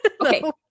Okay